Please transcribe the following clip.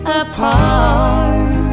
apart